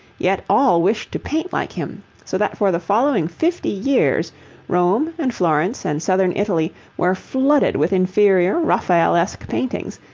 yet all wished to paint like him so that for the following fifty years rome and florence and southern italy were flooded with inferior raphaelesque paintings,